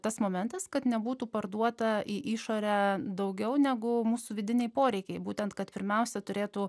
tas momentas kad nebūtų parduota į išorę daugiau negu mūsų vidiniai poreikiai būtent kad pirmiausia turėtų